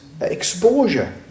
exposure